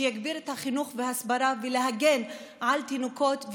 שיגביר את החינוך וההסברה בלהגן על תינוקות,